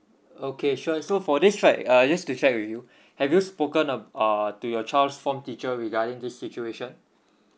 okay sure so for this right uh just to check with you have you spoken ab~ uh to your child's form teacher regarding this situation